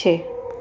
ਛੇ